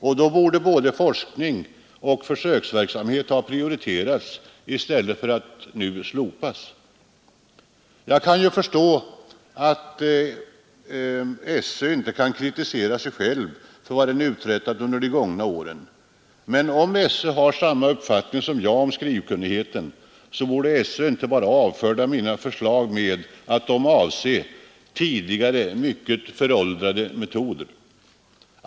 Och då borde forskning och försöksverksamhet ha prioriterats i stället för att slopas. Jag förstår att SÖ inte kan kritisera sig själv för vad man utträttat under de gångna åren, men om SÖ har samma uppfattning som jag om skrivkunnigheten, så borde SÖ inte bara avfärda mina förslag med att de avser ”tidigare, mycket föråldrade metoder”.